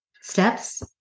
steps